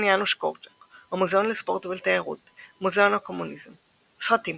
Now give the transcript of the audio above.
יאנוש קורצ'ק המוזיאון לספורט ותיירות מוזיאון הקומוניזם סרטים